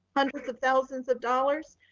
hundreds of thousands of dollars.